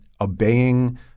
obeying